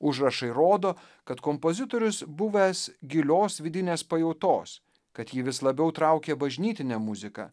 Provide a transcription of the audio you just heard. užrašai rodo kad kompozitorius buvęs gilios vidinės pajautos kad jį vis labiau traukė bažnytinė muzika